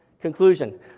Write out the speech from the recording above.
Conclusion